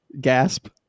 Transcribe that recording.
gasp